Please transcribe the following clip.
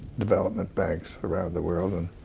development banks around the world and